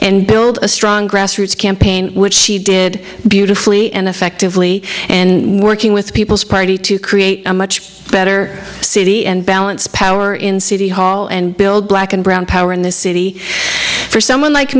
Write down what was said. and build a strong grassroots campaign which she did beautifully and effectively and working with people's party to create a much better city and balance power in city hall and build black and brown power in this city for so someone like